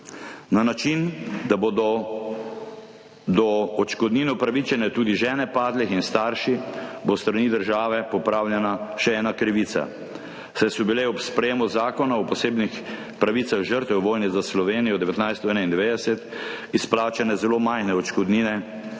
Na način, da bodo do odškodnin upravičene tudi žene padlih in starši, bo s strani države popravljena še ena krivica, saj so bile ob sprejemu Zakona o posebnih pravicah žrtev vojne za Slovenijo 1991 izplačane zelo majhne odškodnine